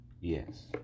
Yes